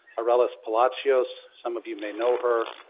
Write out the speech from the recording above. arelis palacios, some of you may know her.